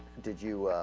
did you